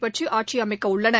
பெற்று ஆட்சி அமைக்கவுள்ளன